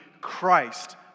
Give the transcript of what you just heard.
Christ